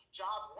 job